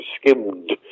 skimmed